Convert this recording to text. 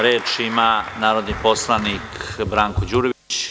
Reč ima narodni poslanik Branko Đurović.